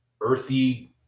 earthy